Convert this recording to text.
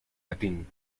latín